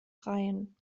reihen